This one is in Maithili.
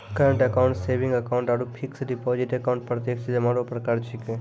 करंट अकाउंट सेविंग अकाउंट आरु फिक्स डिपॉजिट अकाउंट प्रत्यक्ष जमा रो प्रकार छिकै